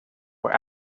were